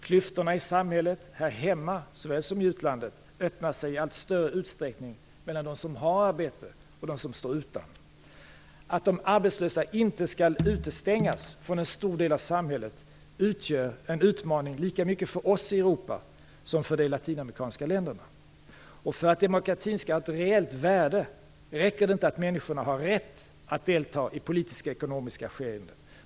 Klyftorna i samhället - här hemma såväl som i utlandet - öppnar sig i allt större utsträckning mellan de som har arbete och de som står utan. Att de arbetslösa inte skall utestängas från en stor del av samhället utgör en utmaning lika mycket för oss i Europa som för de latinamerikanska länderna. För att demokratin skall ha ett reellt värde räcker det inte att människor har rätt att delta i politiska och ekonomiska skeenden.